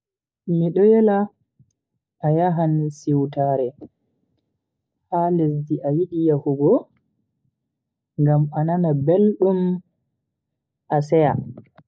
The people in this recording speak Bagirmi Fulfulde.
Mido yela a yahan siwtaare ha lesdi a yidi yahugo ngam a nana beldum a seya.